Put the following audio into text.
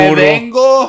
vengo